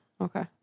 okay